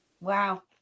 Wow